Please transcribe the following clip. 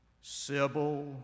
Sybil